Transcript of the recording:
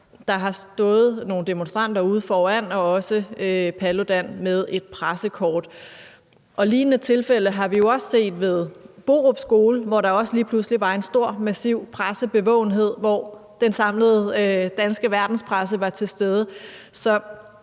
der har stået nogle demonstranter ude foran og også Paludan med et pressekort. Lignende tilfælde har vi jo set ved Borup Skole, hvor der også lige pludselig var en stor, massiv pressebevågenhed, hvor den samlede danske verdenspresse var til stede.